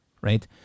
right